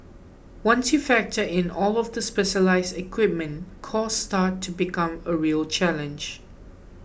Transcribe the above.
once you factor in all of the specialised equipment cost starts to become a real challenge